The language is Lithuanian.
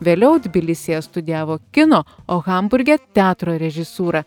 vėliau tbilisyje studijavo kino o hamburge teatro režisūrą